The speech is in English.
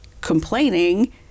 complaining